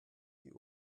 die